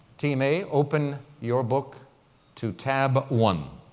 team a, open your book to tab one